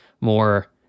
more